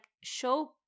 show